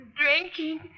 Drinking